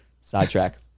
sidetrack